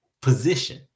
position